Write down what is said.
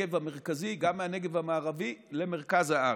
מהנגב המרכזי, גם מהנגב המערבי, למרכז הארץ.